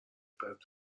دقت